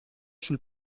sul